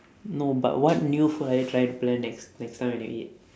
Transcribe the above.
no but what new food are you trying to plan next next time when you eat